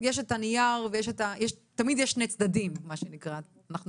יש את הנייר ותמיד יש שני צדדים מה שנקרא ואנחנו